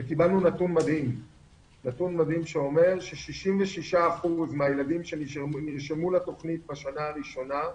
קיבלנו נתון מדהים שאומר ש-66% מהילדים שנרשמו לתוכנית בשנה הראשונה,